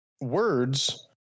Words